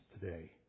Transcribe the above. today